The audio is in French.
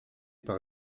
par